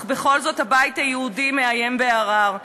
בכל זאת הבית היהודי מאיים בערר.